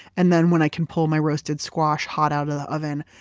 and then when i can pull my roasted squash hot out of the oven,